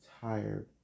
tired